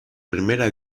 primera